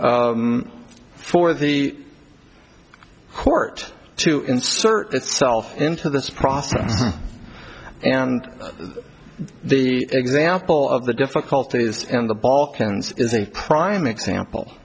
for the court to insert itself into this process and the example of the difficulties and the balkans is a prime example